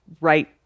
right